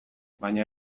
baina